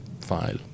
file